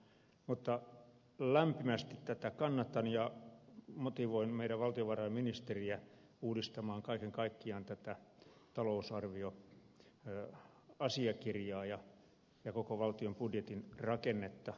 mutta lämpimästi tätä kannatan ja motivoin meidän valtiovarainministeriämme uudistamaan kaiken kaikkiaan tätä talousarvioasiakirjaa ja koko valtion budjetin rakennetta